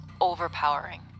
overpowering